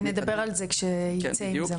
נדבר על זה שיצא עם זה משהו.